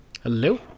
Hello